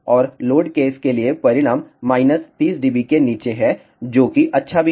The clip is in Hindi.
और लोड केस के लिए परिणाम माइनस 30 dB नीचे हैं जो कि अच्छा भी है